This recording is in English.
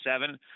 seven